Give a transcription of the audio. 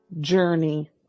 journey